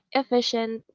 efficient